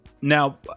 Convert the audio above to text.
Now